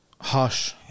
harsh